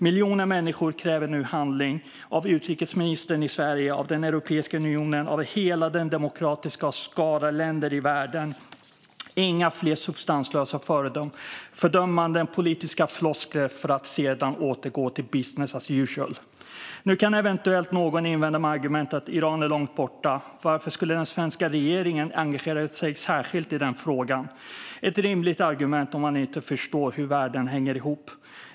Miljoner människor kräver nu handling av utrikesministern i Sverige, av Europeiska unionen, av hela den demokratiska skaran länder i världen. Inga fler substanslösa fördömanden eller politiska floskler för att sedan återgå till business as usual. Nu kan eventuellt någon invända med argumentet att Iran är långt borta. Varför skulle den svenska regeringen engagera sig särskilt i den frågan? Det är ett rimligt argument om man inte förstår hur världen hänger ihop.